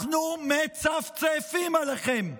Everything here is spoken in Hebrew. אנחנו מצפצפים עליכם.